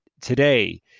today